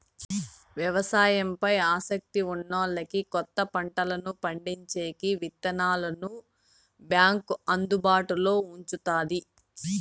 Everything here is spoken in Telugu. వ్యవసాయం పై ఆసక్తి ఉన్నోల్లకి కొత్త పంటలను పండించేకి విత్తనాలను బ్యాంకు అందుబాటులో ఉంచుతాది